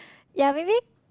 yea maybe